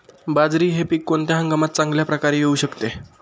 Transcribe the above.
बाजरी हे पीक कोणत्या हंगामात चांगल्या प्रकारे येऊ शकते?